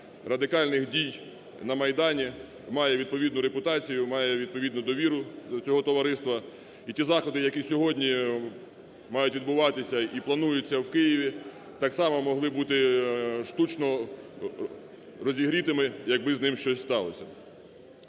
радикальних дій на Майдані, має відповідну репутацію, має відповідну довіру до цього товариства. І ті заходи, які сьогодні мають відбуватися і плануються в Києві, так само могли бути штучно розігрітими, якби з ним щось сталося.